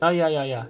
ah ya ya ya